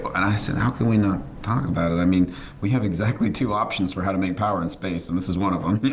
and i said how can we not talk about it? i mean we have exactly two options for how to make power in space and this is one of them.